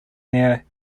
near